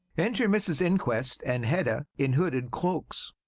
enter mrs inquest and hedda in hooded cloaks.